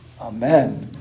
Amen